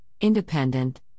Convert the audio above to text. independent